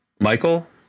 Michael